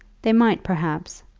they might, perhaps,